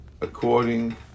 according